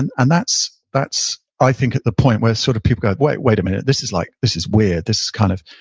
and and that's that's i think at the point where sort of people go, wait wait a minute, this is like this is weird. this is kind of,